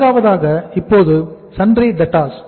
நான்காவதாக இப்போது sundry debtors